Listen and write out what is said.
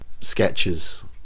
sketches